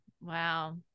Wow